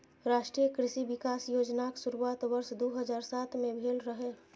राष्ट्रीय कृषि विकास योजनाक शुरुआत वर्ष दू हजार सात मे भेल रहै